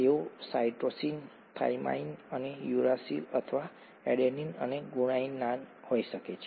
તેઓ cytosine thymine અને uracil અથવા એડેનિન અને ગુઆનિન હોઈ શકે છે